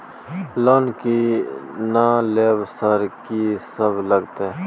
Loan की ना लेबय सर कि सब लगतै?